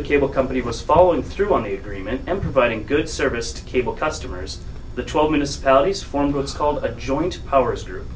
the cable company was following through on the agreement and providing good service to cable customers the twelve municipalities formed what's called a joint powers through